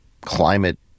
climate